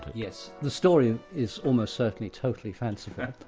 yes. the story is almost certainly totally fanciful.